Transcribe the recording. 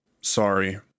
Sorry